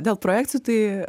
dėl projekcijų tai